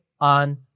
on